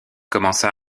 commença